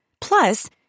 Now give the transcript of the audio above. Plus